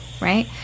Right